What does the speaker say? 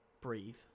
breathe